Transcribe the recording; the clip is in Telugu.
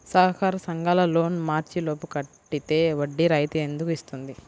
సహకార సంఘాల లోన్ మార్చి లోపు కట్టితే వడ్డీ రాయితీ ఎందుకు ఇస్తుంది?